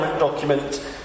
document